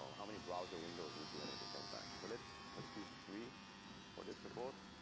how many browser. windows need to end with the same time, so let's let's choose three for this report.